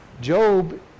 Job